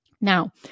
Now